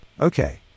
Okay